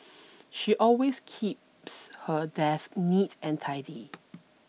she always keeps her desk neat and tidy